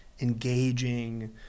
engaging